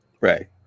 Right